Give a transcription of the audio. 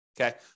Okay